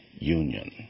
Union